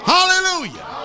Hallelujah